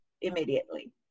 immediately